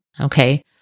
okay